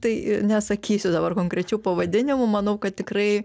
tai nesakysiu dabar konkrečių pavadinimų manau kad tikrai